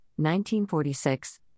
1946